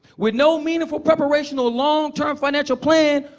with no meaningful preparation or long-term financial plan,